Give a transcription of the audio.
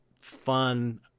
fun